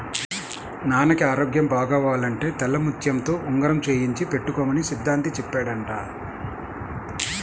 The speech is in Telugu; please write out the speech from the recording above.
నాన్నకి ఆరోగ్యం బాగవ్వాలంటే తెల్లముత్యంతో ఉంగరం చేయించి పెట్టుకోమని సిద్ధాంతి చెప్పాడంట